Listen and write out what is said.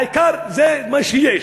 העיקר, זה מה שיש.